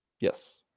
Yes